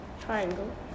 Triangle